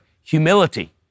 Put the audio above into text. humility